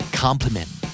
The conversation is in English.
compliment